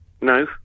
No